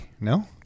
No